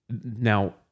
now